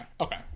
Okay